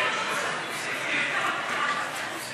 ההסתייגות (57) של קבוצת סיעת המחנה הציוני